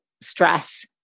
stress